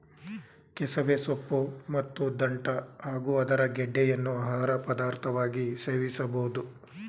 ಕೆಸವೆ ಸೊಪ್ಪು ಮತ್ತು ದಂಟ್ಟ ಹಾಗೂ ಅದರ ಗೆಡ್ಡೆಯನ್ನು ಆಹಾರ ಪದಾರ್ಥವಾಗಿ ಸೇವಿಸಬೋದು